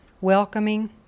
welcoming